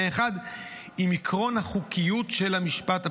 אחד עם עקרון החוקיות של המשפט הפלילי.